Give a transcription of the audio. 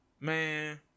Man